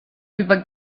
über